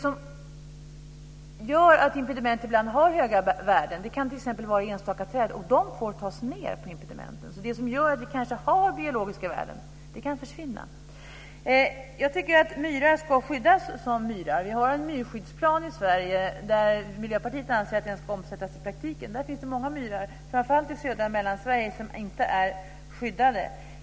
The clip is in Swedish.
Impedimenten har ibland höga värden, t.ex. enstaka träd som får tas ned. Det som gör att vi har biologiska värden kan försvinna. Jag tycker att myrar ska skyddas som myrar. Vi har en myrskyddsplan i Sverige. Miljöpartiet anser att den ska omsättas i praktiken. Det finns många myrar framför allt i Syd och Mellansverige som inte är skyddade.